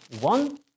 one